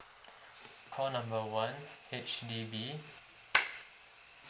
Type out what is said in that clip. call number one H_D_B